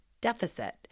deficit